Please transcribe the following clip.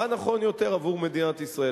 מה נכון יותר עבור מדינת ישראל.